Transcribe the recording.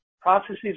Processes